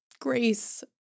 Grace